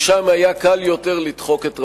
משם היה קל יותר לדחוק את רגלינו.